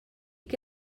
què